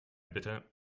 bitte